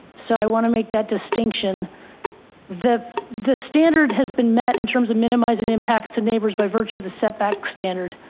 so i want to make that the the standard has been met in terms of minimizing impacts to neighbors by virtue of the setback standard.